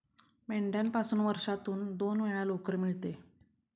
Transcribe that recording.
मेंढ्यापासून वर्षातून दोन वेळा लोकर मिळते